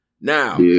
Now